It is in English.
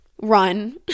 run